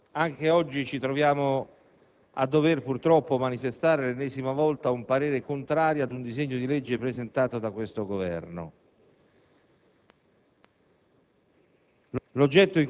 Onorevoli colleghi, anche oggi dobbiamo purtroppo manifestare per l'ennesima volta un parere contrario ad un disegno di legge presentato da questo Governo.